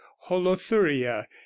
holothuria